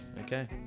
Okay